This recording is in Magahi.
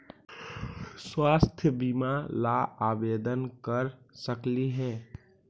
स्वास्थ्य बीमा ला आवेदन कर सकली हे?